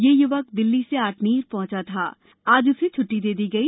ये युवक दिल्ली से आठनेर पहुंचा था आज उसे छुट्टी दे दी गई